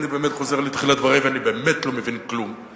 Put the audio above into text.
אני באמת חוזר לתחילת דברי ואני באמת לא מבין כלום,